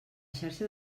xarxa